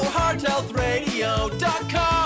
hearthealthradio.com